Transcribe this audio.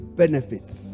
benefits